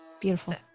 beautiful